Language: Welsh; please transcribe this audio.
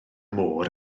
môr